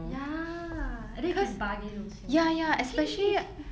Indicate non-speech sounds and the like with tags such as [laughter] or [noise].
ya and then you can bargain also [laughs]